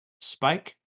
spike